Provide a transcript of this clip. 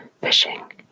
Fishing